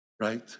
Right